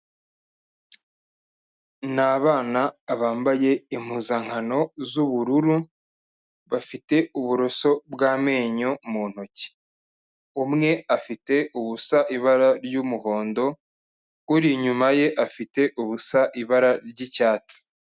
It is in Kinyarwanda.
Ni abana bambaye impuzankano z'ubururu, bafite uburoso bw'amenyo mu ntoki. Umwe afite ubusa ibara ry'umuhondo, uri inyuma ye afite ubusa ibara ry'icyatsi.